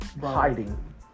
hiding